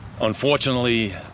Unfortunately